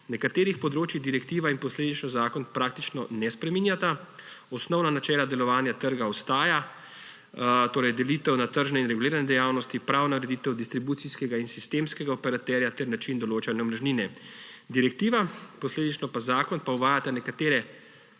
Nekaterih področij direktiva in posledično zakon praktično ne spreminjata. Osnovna načela delovanja trga ostajajo, torej delitve na tržne in regulirane dejavnosti, pravna ureditev distribucijskega in sistemskega operaterja ter način določanja omrežnine. Direktiva, posledično pa zakon, pa uvajata nekatere